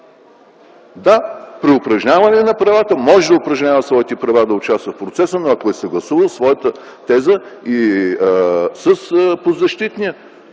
Да, при упражняване на правата, може да упражнява своите права и да участва в процеса, но ако го е съгласувал своята теза с подзащитния.